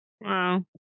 Wow